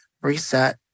Reset